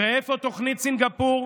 ואיפה תוכנית סינגפור?